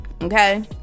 okay